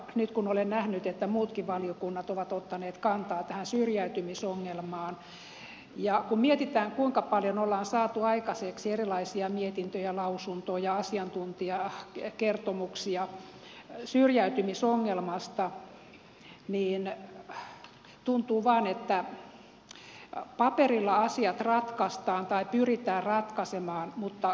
nyt kun olen nähnyt että muutkin valiokunnat ovat ottaneet kantaa tähän syrjäytymisongelmaan ja kun mietitään kuinka paljon ollaan saatu aikaiseksi erilaisia mietintöjä lausuntoja asiantuntijakertomuksia syrjäytymisongelmasta niin tuntuu vain että asiat ratkaistaan tai pyritään ratkaisemaan paperilla mutta konkretia puuttuu